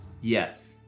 Yes